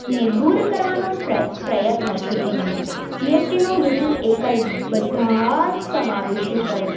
ને દૂર કરવાનો પ્રયત્ન છે એમનો જીએસટીનો હેતુ એકલ બધા જ સમાવેશી કર